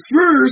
first